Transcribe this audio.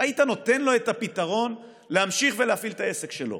היית נותן לו את הפתרון להמשיך להפעיל את העסק שלו.